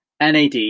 NAD